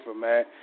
man